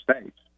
States